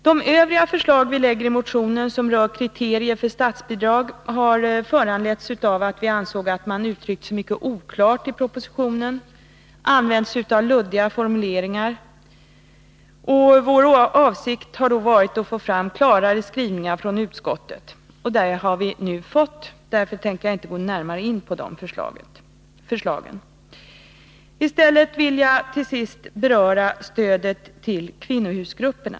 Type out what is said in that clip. De övriga förslag vi i motionen lägger fram rörande kriterier för statsbidrag har föranletts av att vi ansåg att man uttryckt sig mycket oklart i propositionen och använt luddiga formuleringar. Vår avsikt har varit att få klarare skrivningar från utskottet, och det har vi också fått. Jag går därför inte in på dessa förslag. Istället vill jag till sist beröra stödet till kvinnohusgrupperna.